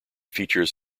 features